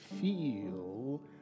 feel